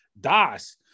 das